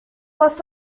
less